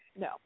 no